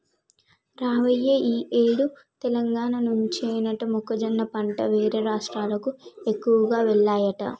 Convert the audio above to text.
రావయ్య ఈ ఏడు తెలంగాణ నుంచేనట మొక్కజొన్న పంట వేరే రాష్ట్రాలకు ఎక్కువగా వెల్లాయట